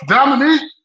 Dominique